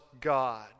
God